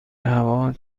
هوا